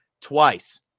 twice